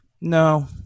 No